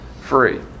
free